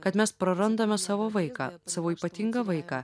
kad mes prarandame savo vaiką savo ypatingą vaiką